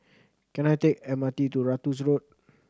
can I take M R T to Ratus Road